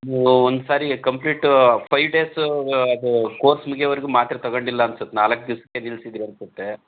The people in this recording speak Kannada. ನೀವು ಒಂದ್ಸಾರಿ ಕಂಪ್ಲೀಟು ಫೈವ್ ಡೇಸ ಅದು ಕೋರ್ಸ್ ಮುಗಿಯೋವರೆಗೂ ಮಾತ್ರೆ ತಗೊಂಡಿಲ್ಲ ಅನಿಸುತ್ತೆ ನಾಲ್ಕು ದಿವಸಕ್ಕೆ ನಿಲ್ಸಿದಿರನ್ಸುತ್ತೆ